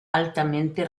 altamente